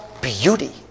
beauty